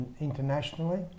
internationally